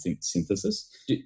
synthesis